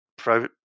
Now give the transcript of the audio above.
pro